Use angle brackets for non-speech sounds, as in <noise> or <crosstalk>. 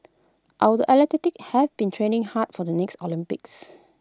our the <unintelligible> have been training hard for the next Olympics